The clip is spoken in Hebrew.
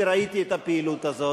וראיתי את הפעילות הזאת,